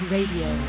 Radio